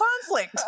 conflict